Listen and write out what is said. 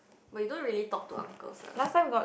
but you don't really talk to uncles lah